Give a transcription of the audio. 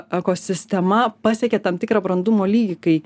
ekosistema pasiekė tam tikrą brandumo lygį kai